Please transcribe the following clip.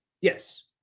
Yes